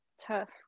Tough